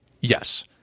Yes